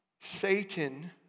Satan